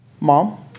mom